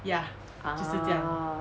oh